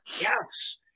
Yes